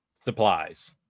supplies